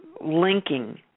linking